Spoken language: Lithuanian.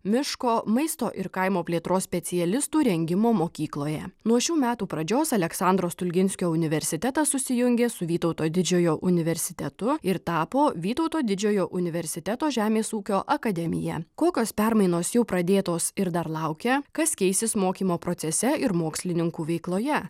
miško maisto ir kaimo plėtros specialistų rengimo mokykloje nuo šių metų pradžios aleksandro stulginskio universitetas susijungė su vytauto didžiojo universitetu ir tapo vytauto didžiojo universiteto žemės ūkio akademija kokios permainos jau pradėtos ir dar laukia kas keisis mokymo procese ir mokslininkų veikloje